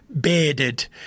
bearded